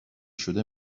شده